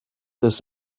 this